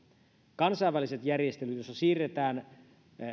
kansainväliset järjestelyt joissa siirretään